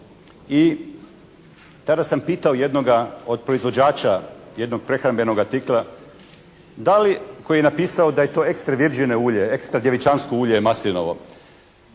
i tada sam pitao jednoga od proizvođača jednog prehrambenog artikla da li, koji je napisao da je to ekstra virgin ulje, ekstra djevičansko ulje maslinovo.